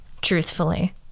truthfully